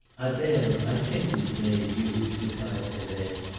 adele, i think, was the name used, replied helene,